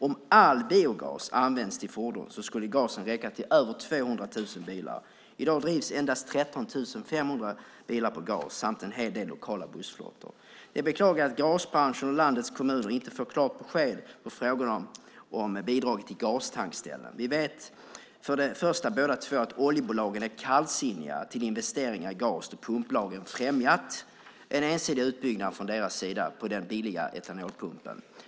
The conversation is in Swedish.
Om all biogas användes till fordon skulle gasen räcka till över 200 000 bilar. I dag drivs endast 13 500 bilar med gas samt en hel del lokala bussflottor. Det är beklagligt att gasbranschen och landets kommuner inte får klart besked på frågan om bidrag till gastankställen. Vi vet för det första båda två att oljebolagen är kallsinniga till investeringar i gas då pumplagen främjat en från deras sida ensidig utbyggnad av den billigare etanolpumpen.